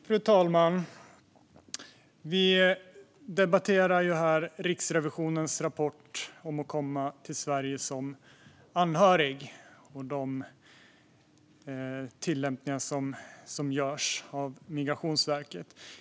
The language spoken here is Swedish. Fru talman! Vi debatterar nu Riksrevisionens rapport om att komma till Sverige som anhörig och de tillämpningar som görs av Migrationsverket.